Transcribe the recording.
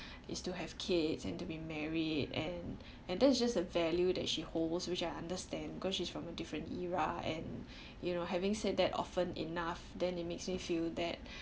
is to have kids and to be married and and that's just a value that she holds which I understand because she's from a different era and you know having said that often enough then it makes me feel that